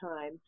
time